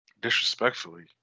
Disrespectfully